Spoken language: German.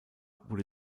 wurde